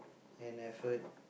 and effort